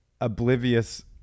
oblivious